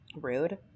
Rude